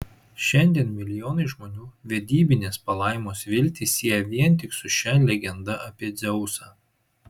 šiandien milijonai žmonių vedybinės palaimos viltį sieja vien tik su šia legenda apie dzeusą